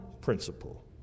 principle